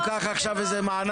אתה אומר לו: קח עכשיו איזה מענק,